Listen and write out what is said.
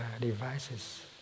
devices